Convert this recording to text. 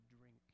drink